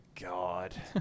god